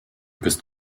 bist